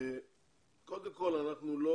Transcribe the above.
קודם כל אנחנו לא